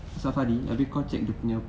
safari habis kau check dia punya